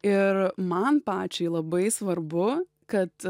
ir man pačiai labai svarbu kad